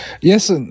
Yes